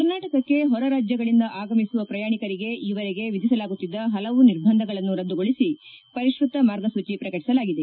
ಕರ್ನಾಟಕಕ್ಕೆ ಹೊರ ರಾಜ್ಯಗಳಿಂದ ಆಗಮಿಸುವ ಪ್ರಯಾಣಿಕರಿಗೆ ಈವರೆಗೆ ವಿಧಿಸಲಾಗುತ್ತಿದ್ದ ಹಲವು ನಿರ್ಬಂಧಗಳನ್ನು ರದ್ದುಗೊಳಸಿ ಪರಿಷ್ಠತ ಮಾರ್ಗಸೂಚಿ ಪ್ರಕಟಿಸಲಾಗಿದೆ